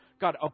God